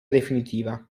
definitiva